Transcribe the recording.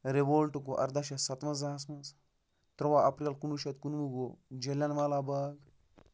revolt گوٚو اَرداہ شَتھ سَتہٕ وَنٛزاہَس منٛز تُرٛواہ اپریل کُنوُہ شَتھ کُنوُہ گوٚو جلیَن والا باغ